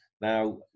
Now